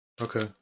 Okay